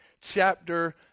chapter